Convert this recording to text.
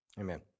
Amen